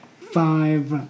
Five